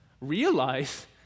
realize